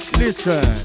listen